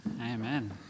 Amen